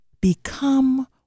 become